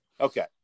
Okay